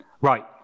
Right